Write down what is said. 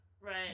right